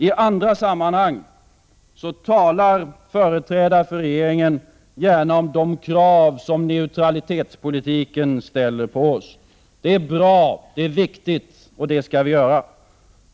I andra sammanhang talar företrädare för regeringen gärna om de krav som neutralitetspolitiken ställer på oss. Det är bra och viktigt, och det skall vi göra.